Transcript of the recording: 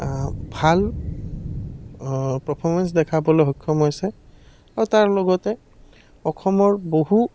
ভাল পাৰফৰ্মেঞ্চ দেখাবলৈ সক্ষম হৈছে আৰু তাৰ লগতে অসমৰ বহু